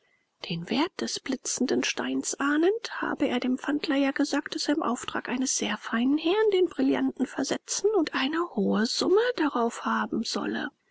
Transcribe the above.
den wert des blitzenden steins ahnend habe er dem pfandleiher gesagt daß er im auftrag eines sehr feinen herrn den brillanten versetzen und eine hohe summe darauf haben solle